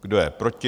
Kdo je proti?